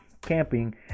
camping